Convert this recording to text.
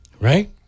Right